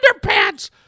underpants